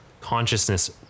consciousness